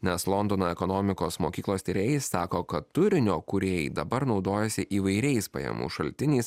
nes londono ekonomikos mokyklos tyrėjai sako kad turinio kūrėjai dabar naudojasi įvairiais pajamų šaltiniais